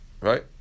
Right